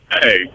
Hey